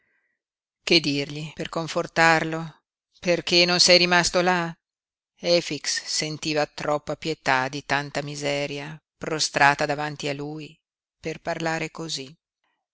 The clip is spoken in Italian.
che dirgli per confortarlo perché non sei rimasto là efix sentiva troppa pietà di tanta miseria prostrata davanti a lui per parlare cosí